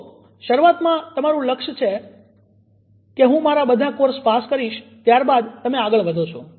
જુઓ શરૂઆતમાં તમારું લક્ષ્ય છે કે હું મારા બધા કોર્સ પાસ કરીશ ત્યારબાદ તમે આગળ વધો છો